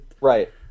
Right